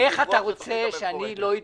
איך אתה רוצה שלא אתבלבל?